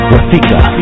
Rafika